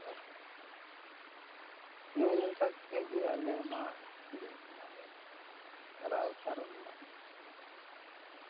ᱟᱫᱚ ᱱᱮᱜᱼᱮ ᱱᱤᱝᱠᱟ ᱠᱟᱛᱮᱫ ᱜᱮ ᱟᱞᱮᱢᱟ ᱫᱤᱱ ᱢᱟᱞᱮ ᱪᱟᱞᱟᱣ ᱯᱟᱨᱚᱢᱮᱫᱟ